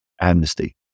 amnesty